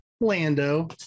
Lando